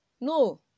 No